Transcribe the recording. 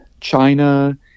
china